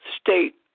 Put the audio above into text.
state